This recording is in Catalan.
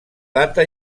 data